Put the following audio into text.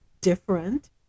different